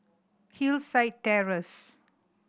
Hillside Terrace